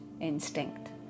instinct